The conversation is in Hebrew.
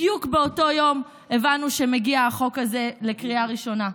בדיוק באותו יום הבנו שהחוק הזה מגיע לקריאה ראשונה.